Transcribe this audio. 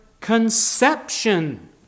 conception